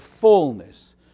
fullness